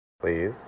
please